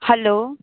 hello